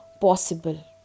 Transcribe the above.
possible